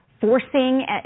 forcing